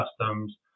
customs